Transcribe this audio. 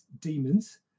demons